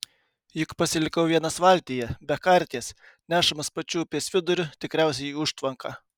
juk pasilikau vienas valtyje be karties nešamas pačiu upės viduriu tikriausiai į užtvanką